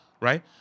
right